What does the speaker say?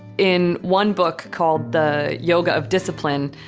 in one book called the yoga of discipline,